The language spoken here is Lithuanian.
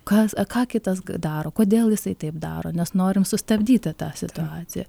kas ką kitas daro kodėl jisai taip daro nes norim sustabdyti tą situaciją